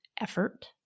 effort